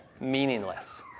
meaningless